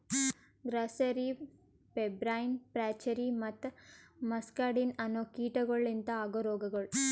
grasserie, pebrine, flacherie ಮತ್ತ muscardine ಅನೋ ಕೀಟಗೊಳ್ ಲಿಂತ ಆಗೋ ರೋಗಗೊಳ್